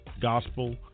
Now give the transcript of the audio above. gospel